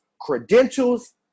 credentials